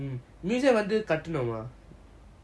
museum வந்து கட்டணுமா:vanthu katanuma